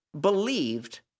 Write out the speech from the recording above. believed